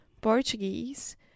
Portuguese